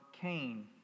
Cain